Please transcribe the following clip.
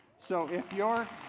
so, if you're